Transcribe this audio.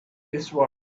eastward